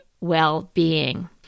well-being